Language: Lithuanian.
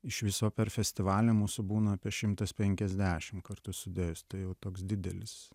iš viso per festivalį mūsų būna apie šimtas penkiasdešimt kartu sudėjus tai va toks didelis